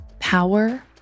power